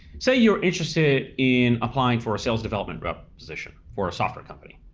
say you were interested in applying for a sales development but position for a software company.